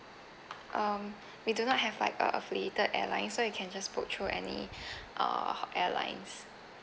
um we do not have like a affiliated airline so you can just book through any uh airlines